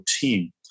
team